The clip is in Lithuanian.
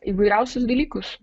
įvairiausius dalykus